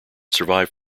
survive